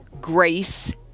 grace